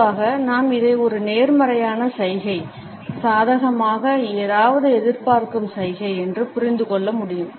பொதுவாக நாம் இதை ஒரு நேர்மறையான சைகை சாதகமாக ஏதாவது எதிர்பார்க்கும் சைகை என்று புரிந்து கொள்ள முடியும்